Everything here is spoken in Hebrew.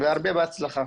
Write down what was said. הרבה בהצלחה.